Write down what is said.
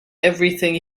everything